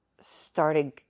Started